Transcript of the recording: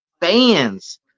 fans